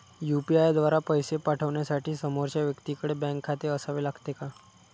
UPI द्वारा पैसे पाठवण्यासाठी समोरच्या व्यक्तीकडे बँक खाते असावे लागते का?